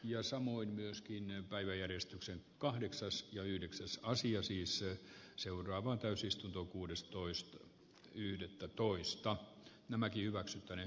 ja samoin myöskin päiväjärjestykseen kahdeksas ja yhdeksässä asia siis on seuraava täysistunto kuudestoista yhdettätoista tilaamaan oikeaa tavaraa